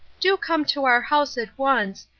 do come to our house at once.